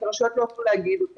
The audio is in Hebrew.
אז הרשויות לא יוכלו להגיד.